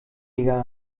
jäger